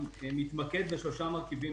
מבחינת מרכיבי